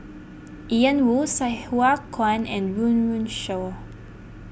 Ian Woo Sai Hua Kuan and Run Run Shaw